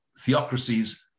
theocracies